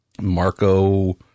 Marco